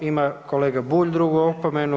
Ima kolega Bulj drugu opomenu.